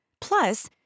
Plus